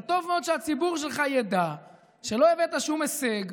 אבל טוב מאוד שהציבור שלך ידע שלא הבאת שום הישג,